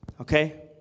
okay